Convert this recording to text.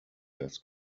das